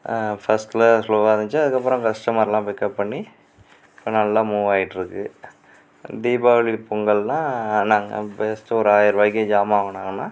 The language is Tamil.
பர்ஸ்ட்ல ஸ்லோவாருந்துச்சு அதுக்கப்புறம் கஸ்ட்டமர்லான் பிக்கப் பண்ணி இப்போ நல்லா மூவாயிட்யிருக்கு தீபாவளி பொங்கல்ன்னா நாங்கள் பெஸ்ட்டு ஒரு ஆயர்ரூபாய்க்கு ஜாமான் வாங்குனாங்கன்னா